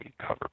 cover